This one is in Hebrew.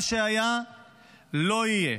מה שהיה לא יהיה.